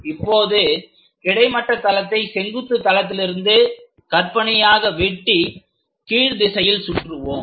இப்போது கிடைமட்ட தளத்தை செங்குத்து தளத்திலிருந்து கற்பனையாக வெட்டி கீழ்திசையில் சுற்றுவோம்